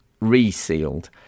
resealed